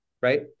Right